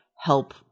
help